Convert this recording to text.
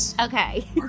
Okay